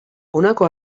honako